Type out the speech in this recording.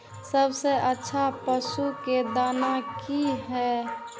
सबसे अच्छा पशु के दाना की हय?